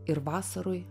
ir vasaroj